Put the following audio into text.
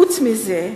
חוץ מזה,